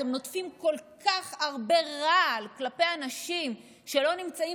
אתם נוטפים כל כך הרבה רעל כלפי אנשים שלא נמצאים